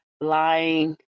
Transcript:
lying